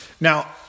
Now